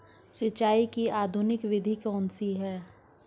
सिंचाई की आधुनिक विधि कौन सी है?